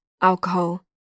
alcohol